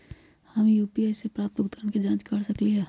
हम यू.पी.आई पर प्राप्त भुगतान के जाँच कैसे कर सकली ह?